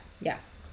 yes